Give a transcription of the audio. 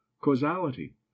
causality